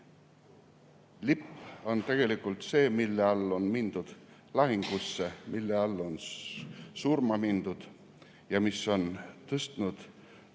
Lipp on tegelikult see, mille all on mindud lahingusse, mille all on surma mindud ja mis on tõstnud